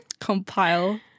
compile